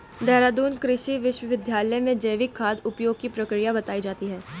देहरादून कृषि विश्वविद्यालय में जैविक खाद उपयोग की प्रक्रिया बताई जाती है